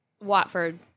Watford